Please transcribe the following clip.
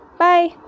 Bye